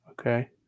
Okay